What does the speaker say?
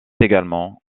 également